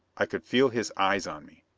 i could feel his eyes on me,